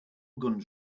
guns